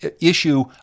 issue